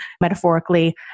metaphorically